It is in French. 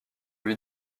lui